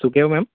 શું કેવું મેમ